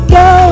go